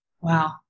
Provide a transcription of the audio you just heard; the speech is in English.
wow